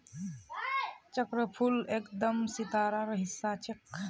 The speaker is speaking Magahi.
चक्रफूल एकदम सितारार हिस्सा ह छेक